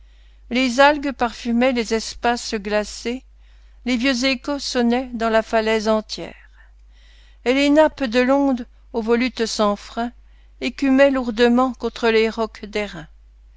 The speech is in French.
les algues parfumaient les espaces glacés les vieux échos sonnaient dans la falaise entière et les nappes de l'onde aux volutes sans frein écumaient lourdement contre les rocs